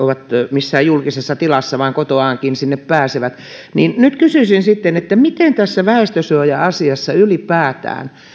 missään julkisessa tilassa kotoaankin sinne pääsevät nehän olivat aivan loistavat nyt kysyisin sitten miten tässä väestönsuoja asiassa ylipäätään